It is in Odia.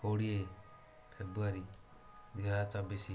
କୋଡ଼ିଏ ଫେବୃଆରୀ ଦୁଇ ହଜାର ଚବିଶି